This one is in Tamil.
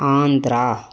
ஆந்திரா